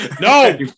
No